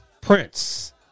Prince